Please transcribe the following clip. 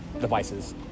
devices